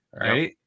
right